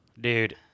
Dude